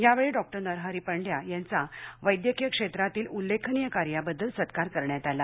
यावेळी डॉक्टर नरहरी पंड्या यांचा वैद्यकीय क्षेत्रातील उल्लेखनीय कार्याबद्दल सत्कार करण्यात आला